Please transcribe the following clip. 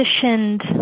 positioned